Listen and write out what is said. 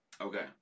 okay